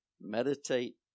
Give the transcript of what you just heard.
meditate